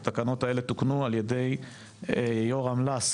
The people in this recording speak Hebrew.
התקנות האלה תוקנו על ידי יורם לס,